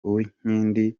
uwinkindi